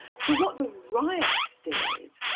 so what the riots did,